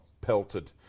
pelted